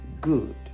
good